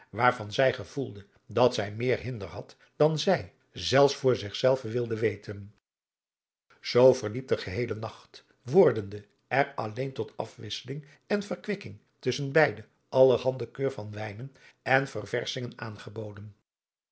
waarvan zij gevoelde dat zij meer hinder had dan zij zelfs voor zich zelve wilde weten zoo verliep de geheele nacht wordende er alleen tot afwisseling en verkwikking tusschen beide allerhande keur van wijnen en ververschingen aangeboden